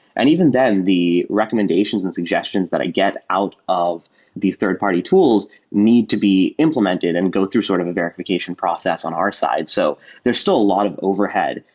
and even then, the recommendations and suggestions that i get out of these third-party tools need to be implemented and go through sort of a verification process on our side. so there's still a lot of overhead,